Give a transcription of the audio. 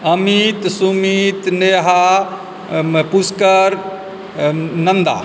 Amit Sumit Neha Pushkar Nanda